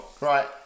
right